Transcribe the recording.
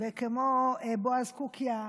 כמו בועז קוקיא,